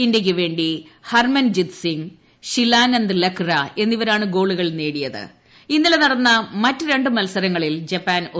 ഇന്ത്യയ്ക്ക് വേണ്ടി ഹർമൻജിത് സിംഗ് ഷിലാനന്ദ് പ്ലക്ട്ര് എന്നിവരാണ് ഗോളുകൾ ഇന്നലെ നടന്ന് മറ്റ് രണ്ട് മത്സരങ്ങളിൽ ജപ്പാൻ നേടിയത്